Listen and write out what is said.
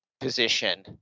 position